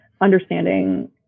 understanding